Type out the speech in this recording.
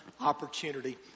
opportunity